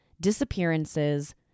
disappearances